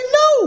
no